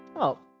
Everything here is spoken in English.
oh.